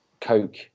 Coke